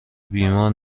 بیمار